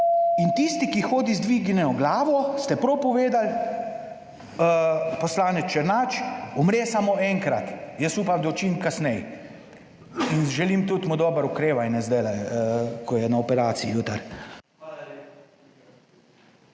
In tisti, ki hodi z dvignjeno glavo, ste prav povedali, poslanec Černač, umre samo enkrat, jaz upam, da bo čim kasneje, in želim tudi mu dobro okrevanje zdajle, ko je na operaciji jutri. Hvala